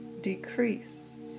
decrease